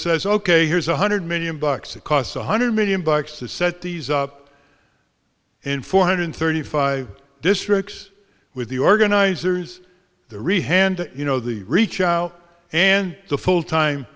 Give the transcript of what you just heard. says ok here's one hundred million bucks it costs one hundred million bucks to set these up in four hundred thirty five districts with the organizers the re hand you know the reach out and the full time